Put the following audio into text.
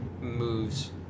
moves